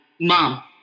Mom